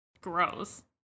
Gross